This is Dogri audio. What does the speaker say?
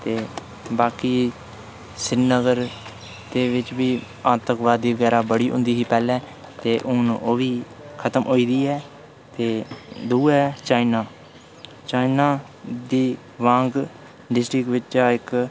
ते बाकी श्रीनगर दे बिच बी आंतकवाद बगैरा बड़ा होंदा हा पैह्ले हून ओह्बी खत्म होई गेदा ऐ ते दूआ ऐ चाइना चाइना दी बूहांग डिस्टिक बिच्चा इक